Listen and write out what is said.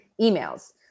emails